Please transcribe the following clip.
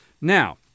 Now